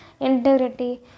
integrity